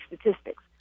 statistics